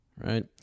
Right